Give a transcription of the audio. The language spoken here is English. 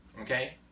Okay